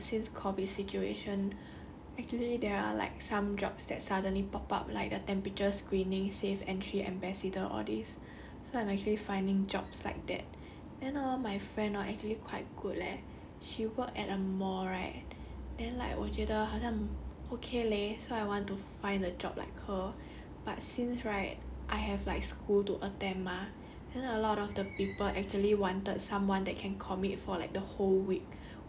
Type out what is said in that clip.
ya recently I'm finding like jobs that are like you know since COVID situation actually there are like some jobs that suddenly pop up like the temperature screening safe entry ambassador all these so I'm actually finding jobs like that then hor my friend hor actually quite good leh she worked at a mall right then like 我觉得好像 okay leh so I want to find a job like her but since right I have like school to attend mah then a lot of the